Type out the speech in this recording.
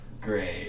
Great